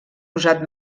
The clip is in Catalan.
usat